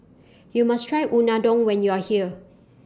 YOU must Try Unadon when YOU Are here